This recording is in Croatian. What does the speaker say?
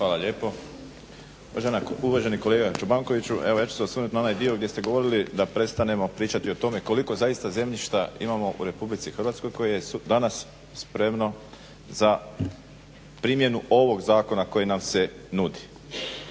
Josip (HDZ)** Uvaženi kolega Čobankoviću, evo ja ću se osvrnuti na onaj dio gdje ste govorili da prestanemo pričati o tome koliko zaista zemljišta imamo u Republici Hrvatskoj koje je danas spremno za primjenu ovog zakona koji nam se nudi.